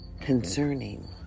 concerning